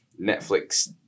Netflix